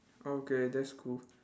okay that's cool